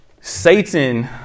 Satan